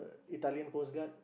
Italian coastguard